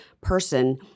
person –